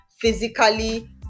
physically